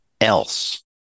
else